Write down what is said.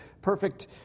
perfect